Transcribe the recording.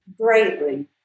Greatly